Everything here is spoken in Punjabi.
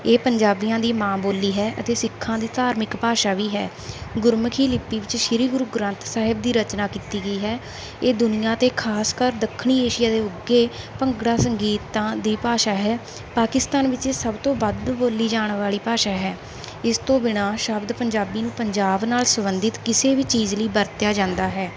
ਇਹ ਪੰਜਾਬੀਆਂ ਦੀ ਮਾਂ ਬੋਲੀ ਹੈ ਅਤੇ ਸਿੱਖਾਂ ਦੀ ਧਾਰਮਿਕ ਭਾਸ਼ਾ ਵੀ ਹੈ ਗੁਰਮੁਖੀ ਲਿਪੀ ਵਿੱਚ ਸ਼੍ਰੀ ਗੁਰੂ ਗ੍ਰੰਥ ਸਾਹਿਬ ਦੀ ਰਚਨਾ ਕੀਤੀ ਗਈ ਹੈ ਇਹ ਦੁਨੀਆਂ 'ਤੇ ਖ਼ਾਸ ਕਰ ਦੱਖਣੀ ਏਸ਼ੀਆ ਦੇ ਉੱਘੇ ਭੰਗੜਾ ਸੰਗੀਤਾਂ ਦੀ ਭਾਸ਼ਾ ਹੈ ਪਾਕਿਸਤਾਨ ਵਿੱਚ ਵੀ ਸਭ ਤੋਂ ਵੱਧ ਬੋਲੀ ਜਾਣ ਵਾਲੀ ਭਾਸ਼ਾ ਹੈ ਇਸ ਤੋਂ ਬਿਨਾ ਸ਼ਬਦ ਪੰਜਾਬੀ ਨੂੰ ਪੰਜਾਬ ਨਾਲ ਸੰਬੰਧਿਤ ਕਿਸੇ ਵੀ ਚੀਜ਼ ਲਈ ਵਰਤਿਆ ਜਾਂਦਾ ਹੈ